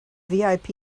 vip